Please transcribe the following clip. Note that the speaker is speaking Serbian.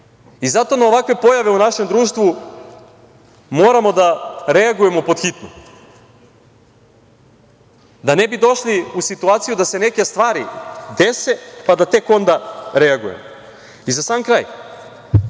I zato na ovakve pojave u našem društvu moramo da reagujemo pod hitno, da ne bi došli u situaciju da se neke stvari dese, pa da tek onda reagujemo.Za sam kraj,